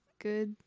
good